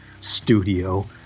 Studio